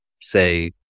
say